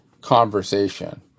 conversation